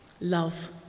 Love